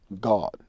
God